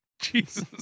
Jesus